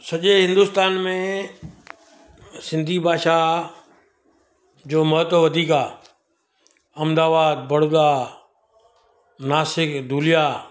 सॼे हिंदुस्तान में सिंधी भाषा जो महत्वु वधीक आहे अहमदाबाद बड़ोदा नासिक धुलिया